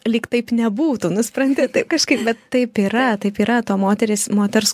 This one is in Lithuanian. lyg taip nebūtų nu supranti ta kažkaip bet taip yra taip yra to moterys moters